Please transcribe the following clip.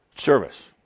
Service